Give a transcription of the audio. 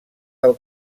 del